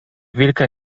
wilka